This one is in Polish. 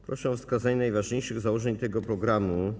Proszę o wskazanie najważniejszych założeń tego programu.